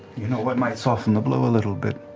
you know what might soften the blow a little bit?